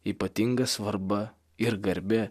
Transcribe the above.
ypatinga svarba ir garbė